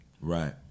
Right